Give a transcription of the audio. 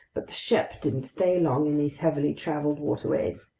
but the ship didn't stay long in these heavily traveled waterways.